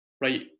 right